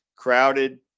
Crowded